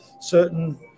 certain